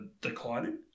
declining